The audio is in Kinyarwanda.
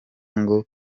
ngo